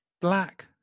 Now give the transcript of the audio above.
black